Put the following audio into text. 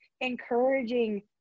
encouraging